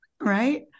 Right